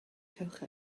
cewch